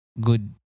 good